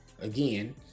again